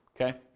Okay